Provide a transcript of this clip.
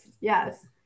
yes